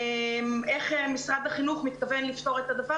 איך משרד החינוך מתכוון לפתור את הדבר